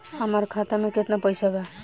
हमार खाता मे केतना पैसा बा?